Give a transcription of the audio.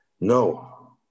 No